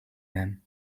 them